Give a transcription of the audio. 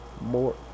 More